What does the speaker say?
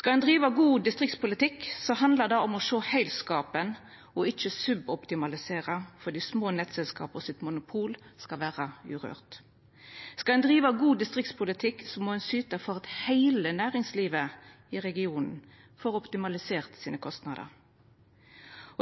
Skal ein driva god distriktspolitikk, handlar det om å sjå heilskapen og ikkje suboptimalisera for at monopolet til dei små nettselskapa skal vera urørt. Skal ein driva god distriktspolitikk, må ein syta for at heile næringslivet i regionen får optimalisert kostnadene sine.